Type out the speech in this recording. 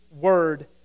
word